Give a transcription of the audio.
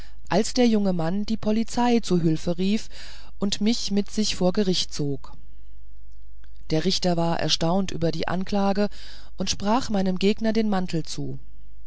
als der junge mann die polizei zu hülfe rief und mich mit sich vor gericht zog der richter war sehr erstaunt über die anlage und sprach meinem gegner den mantel zu